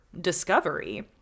discovery